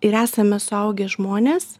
ir esame suaugę žmonės